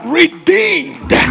redeemed